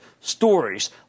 stories